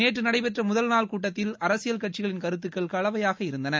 நேற்று நடைபெற்ற முதல் நாள் கூட்டத்தில் அரசியல் கட்சிகளின் கருத்துகள் கலவையாக இருந்தன